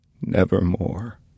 nevermore